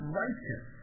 righteous